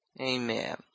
Amen